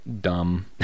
Dumb